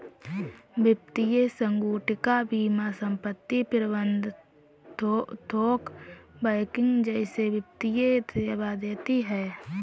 वित्तीय संगुटिका बीमा संपत्ति प्रबंध थोक बैंकिंग जैसे वित्तीय सेवा देती हैं